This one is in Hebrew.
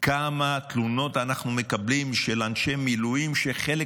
כמה תלונות אנחנו מקבלים של אנשי מילואים שחלק